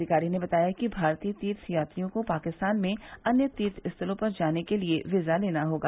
अधिकारी ने बताया कि भारतीय तीर्थ यात्रियों को पाकिस्तान में अन्य तीर्थस्थलों पर जाने के लिये वीज़ा लेना होगा